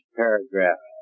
paragraph